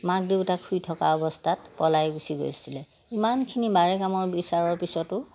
মাক দেউতাক শুই থকা অৱস্থাত পলাই গুচি গৈছিলে ইমানখিনি বাৰে কামৰ বিচাৰৰ পিছতো